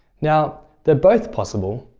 now, they're both possible,